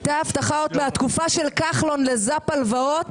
הייתה הבטחה עוד מהתקופה של כחלון לזאפ הלוואות,